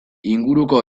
inguruko